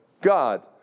God